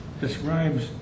describes